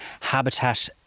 habitat